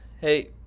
Hey